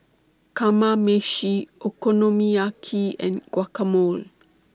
Kamameshi Okonomiyaki and Guacamole